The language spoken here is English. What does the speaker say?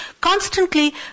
constantly